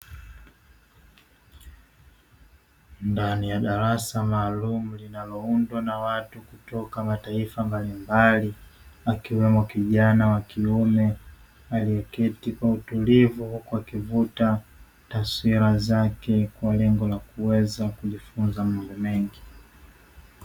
Ndani ya darasa maalumu linaloundwa na watu kutoka mataifa mbalimbali, akiwemo kijana wa kiume aliyeketi kwa utulivu huku akivuta taswira zake kwa lengo la kuweza kujifunza mambo mengi.